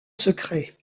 secret